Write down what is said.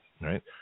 right